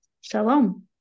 Shalom